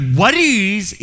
worries